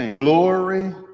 glory